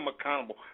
accountable